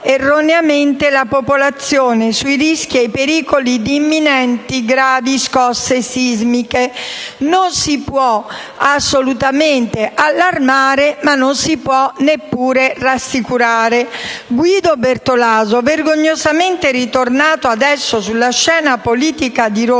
la popolazione sui rischi e pericoli di imminenti gravi scosse sismiche. Non si può assolutamente allarmare, ma non si può neppure rassicurare. Guido Bertolaso, vergognosamente tornato sulla scena politica di Roma